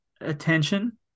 attention